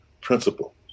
principle